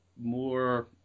more